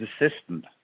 assistant